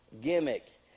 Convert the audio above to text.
Gimmick